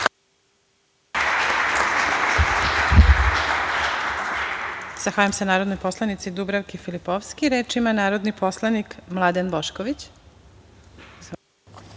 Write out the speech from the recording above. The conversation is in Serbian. Zahvaljujem se narodnoj poslanici Dubravki Filipovski. Reč ima narodni poslanik Mladen Bošković. Izvolite.